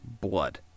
blood